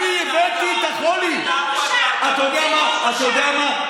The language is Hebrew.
אתה פגעת, אתה פגעת.